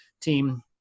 team